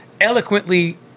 eloquently